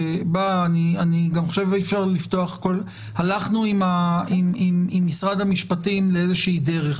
אני גם חושב שאי אפשר לפתוח כל הלכנו עם משרד המשפטים לאיזה שהיא דרך,